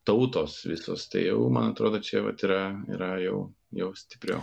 tautos visos tai jau man atrodo čia vat yra yra jau jau stipriau